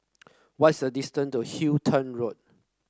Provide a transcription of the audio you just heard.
what is the distance to Halton Road